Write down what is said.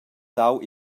dau